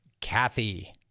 Kathy